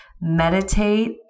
meditate